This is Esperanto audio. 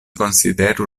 konsideru